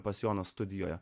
pas joną studijoje